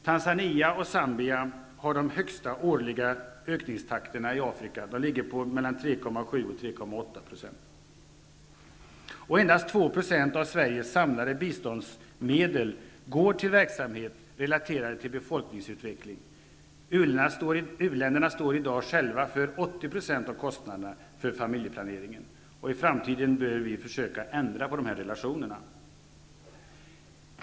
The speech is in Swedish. Tanzania och Zambia har den högsta årliga ökningstakten i Afrika. Den ligger på mellan 3,7 och 3,8 %. Endast 2 % av Sveriges samlade biståndsmedel går till verksamhet relaterad till befolkningsutveckling. U-länderna står själva i dag för 80 % av kostnaderna för familjeplaneringen. I framtiden bör vi försöka ändra på denna relation.